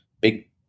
big